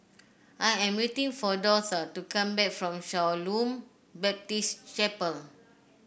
I am waiting for Dortha to come back from Shalom Baptist Chapel